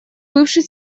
бывший